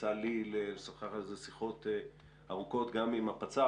יצא לי לשוחח על שיחות ארוכות גם עם הפצ"ר.